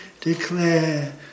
declare